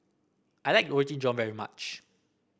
I like Roti John very much